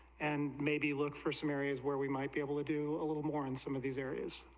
and maybe look for some areas where we might be able to do a little more and some of these areas,